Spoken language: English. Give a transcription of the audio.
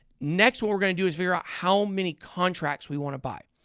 next, what we're going to do is figure out how many contracts we want to buy.